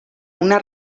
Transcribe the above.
una